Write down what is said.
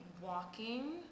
walking